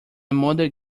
mother